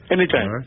Anytime